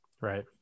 Right